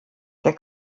der